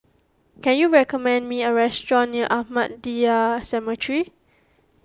can you recommend me a restaurant near Ahmadiyya Cemetery